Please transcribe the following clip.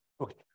Okay